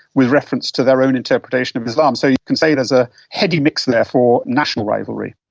with reference to their own interpretation of islam. so you can say there's a heady mix there for national rivalry.